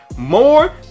More